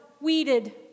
weeded